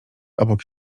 obok